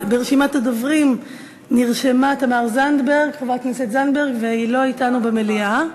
ברשימת הדוברים נרשמה תמר זנדברג והיא לא אתנו במליאה.